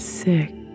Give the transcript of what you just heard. sick